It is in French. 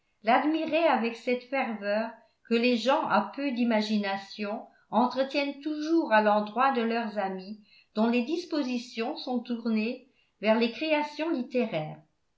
l'admirait avec cette ferveur que les gens à peu d'imagination entretiennent toujours à l'endroit de leurs amis dont les dispositions sont tournées vers les créations littéraires